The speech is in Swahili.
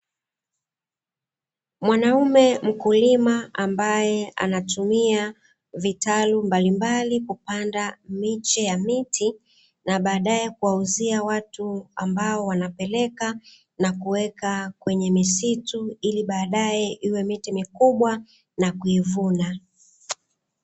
Mwanaume mkulima ambaye anatumia vitalu mbalimbali kupanda miche ya miti, na baadaye kuwauzia watu ambao wanapeleka na kuweka kwenye misitu, ili baadaye iwe miti mikubwa na kuivuna.